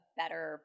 better